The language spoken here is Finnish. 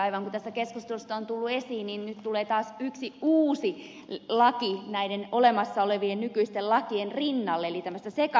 aivan kuten tässä keskustelussa on tullut esiin nyt tulee taas yksi uusi laki näiden olemassa olevien nykyisten lakien rinnalle eli tämmöistä sekavuutta kyllä tullaan lisäämään